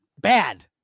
bad